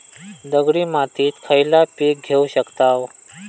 दगडी मातीत खयला पीक घेव शकताव?